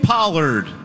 Pollard